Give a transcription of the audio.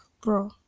bro